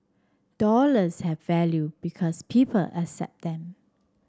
dollars have value because people accept them